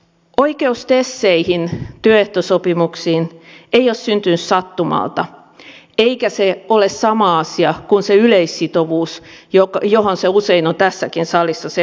oikeus teseihin työehtosopimuksiin ei ole syntynyt sattumalta eikä se ole sama asia kuin se yleissitovuus johon se usein on tässäkin salissa sekoitettu